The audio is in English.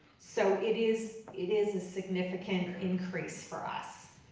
so it is it is a significant increase for us.